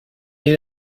est